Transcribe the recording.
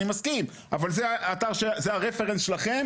אני מסכים אבל זה הרפרנס שלכם